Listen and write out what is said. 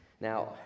Now